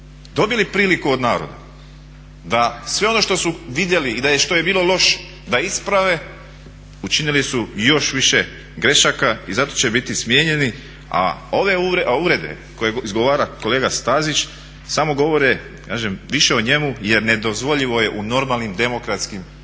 dobili priliku od naroda da sve ono što su vidjeli i da što je bilo loše da isprave učinili su još više grešaka i zato će biti smijenjeni. A uvrede koje izgovara kolega Stazić samo govore, kažem, više o njemu jer nedozvoljivo je u normalnim demokratskim sustavima